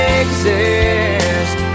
exist